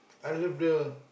I love the